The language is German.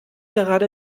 gerade